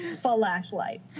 Flashlight